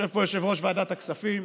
יושב פה יושב-ראש ועדת הכספים,